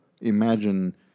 imagine